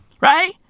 Right